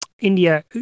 India